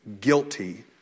guilty